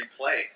replay